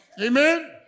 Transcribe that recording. Amen